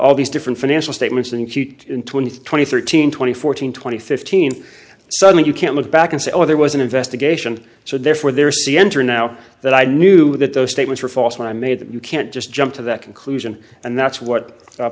all these different financial statements and cute in twenty twenty thirteen twenty fourteen twenty fifteen suddenly you can't look back and say oh there was an investigation so therefore they're see enter now that i knew that those statements are false and i made them you can't just jump to that conclusion and that's what